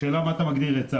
שאלה מה אתה מגדיר היצע.